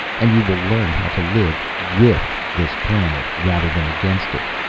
and you will learn how to live with this planet, rather than against it.